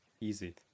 Easy